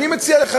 ואני מציע לך,